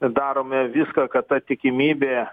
darome viską kad ta tikimybė